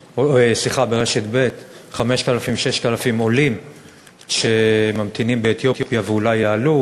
ברשת ב' את אותם 5,000 6,000 עולים שממתינים באתיופיה ואולי יעלו.